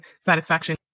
satisfaction